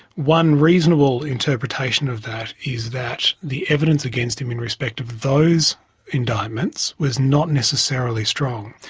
one reasonable interpretation of that is that the evidence against him in respect of those indictments was not necessarily strong.